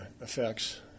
effects